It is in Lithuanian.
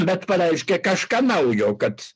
bet pareiškė kažką naujo kad